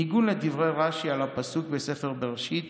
ניגון לדברי רש"י על הפסוק בספר בראשית